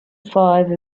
five